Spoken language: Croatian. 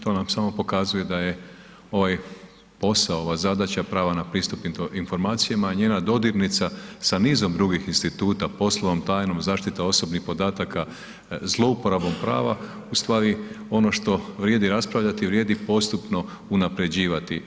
To nam samo pokazuje da je ovaj posao, ova zadaća prava na pristup informacijama njena dodirnica sa nizom drugih instituta, poslovnom tajnom, zaštita osobnih podataka, zlouporabom prava u stvari ono što vrijedi raspravljati, vrijedi postupno unapređivati.